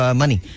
money